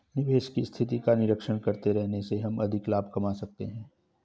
निवेश की स्थिति का निरीक्षण करते रहने से हम अधिक लाभ कमा सकते हैं